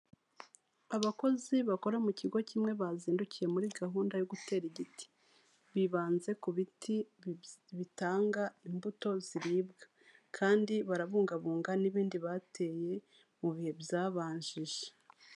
Abakozi bakora mu kigo kimwe bazindukiye muri gahunda yo gutera igiti, bibanze ku biti bitanga imbuto ziribwa kandi barabungabunga n'ibindi bateye mu bihe byabanjije.